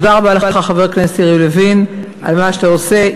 תודה רבה לך, חבר הכנסת לוין, על מה שאתה עושה.